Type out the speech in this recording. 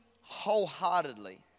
wholeheartedly